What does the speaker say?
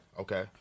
Okay